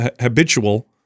habitual